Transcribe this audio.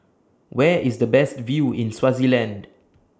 Where IS The Best View in Swaziland